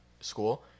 school